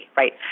right